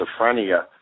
schizophrenia